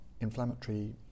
inflammatory